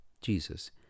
Jesus